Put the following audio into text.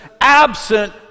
absent